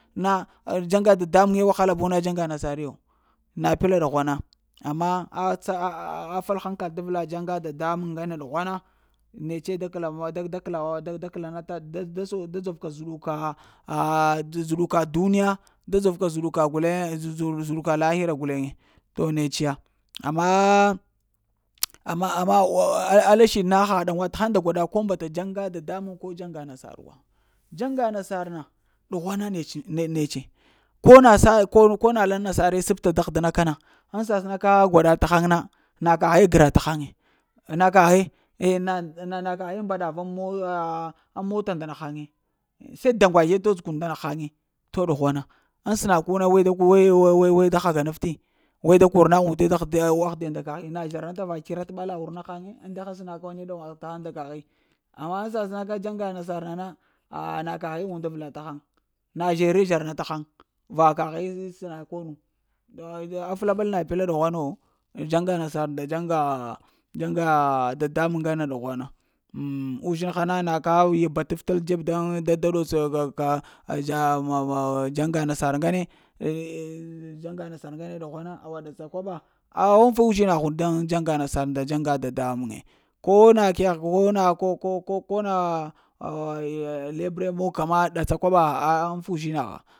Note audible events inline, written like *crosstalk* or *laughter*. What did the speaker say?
Na? Dzaŋga dadamuŋe wahala bu na dzaŋga nasar yo, na pla ɗughwana, amma a atsa *hesitation* fəl hankal da vla dzaŋga dadamuŋ ɗughwana netse da kəfa mwata da kla da kəla mwata da kəla nata da dzor ka zəɗuka duniya da dzov ka guleŋ dzə zəɗuka lahira guleŋ. To nets ya ammaah *hesitation* amma ana oh ala siɗ na haɗ ɗanwa taghaŋ nda gwaɗa ko mbata dzaŋga dadamuŋ ko dzaŋga nasar wa, ɗzaŋga nasar na ɗughwana netse ne netse ko na sa laŋ nasare səpta dagh dəna kana ŋ sasəna ka gwaɗa taghaŋ na, na kaghe gra taghaŋe, na kaghe na na na-na na ne mbaɗa mar ŋ mota ndaghaŋ se danvaye todz kun nda nahaŋe, to dughwana, ŋsəna ko na we da ko we-we-we da ghaga nafti we da kor na unde dagh diya nda kaghi, na zhərata va ƙyira ta ɓala wurna haŋi ŋ nda ha səna ku ne da ɗaŋwa ta haŋ nda kaghi. Amma vita sasəna ka dzaŋga nasar na na ah na kaghe und avla ta haŋ na zhore zhara na ta haŋ va kaghe səna ko nu ah aflaɓal na pla ɗughwa no dzaŋga nasar nda dzaŋgaa ah dzaŋgaa dada muŋ ŋgana dugh wana, oh mm uzhinha na na ka yibataf tal dzeb daŋ da ɗots *hesitation* dzaŋga nasar ŋgane *hesitation* dzaŋga nasar ŋgane ɗughwana awa ɗatsa koɓa awuŋ ta uzhinahun damn dzaŋga nasar nda dzaŋga dada muŋe, ko na kegh ko na ko-ko-ko na *hesitation* lebra mog ka ma ɗatsa koɓo ŋfa uzhinaha.